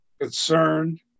concerned